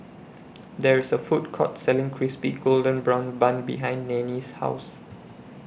There IS A Food Court Selling Crispy Golden Brown Bun behind Nanie's House